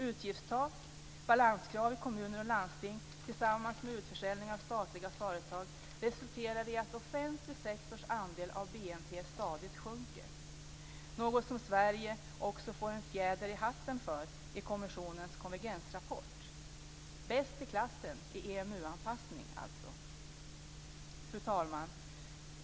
Utgiftstak, balanskrav i kommuner och landsting tillsammans med utförsäljning av statliga företag resulterar i att offentlig sektors andel av BNP stadigt sjunker, något som Sverige också får en fjäder i hatten för i kommissionens konvergensrapport. Bäst i klassen i EMU-anpassning, alltså. Fru talman!